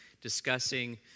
discussing